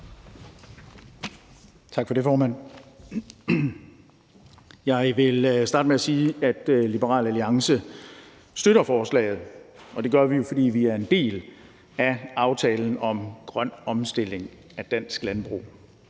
Tak for det, formand. Jeg vil starte med at sige, at Liberal Alliance støtter forslaget, og det gør vi, fordi vi er en del af »Aftale om grøn omstilling af dansk landbrug«.